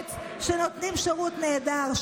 הארץ שנותנים שירות נהדר?